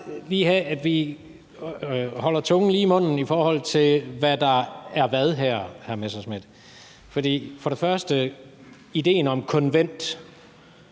vi holder tungen lige i munden, i forhold til hvad der er hvad her, hr. Morten Messerschmidt. For idéen om et konvent